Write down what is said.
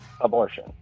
abortion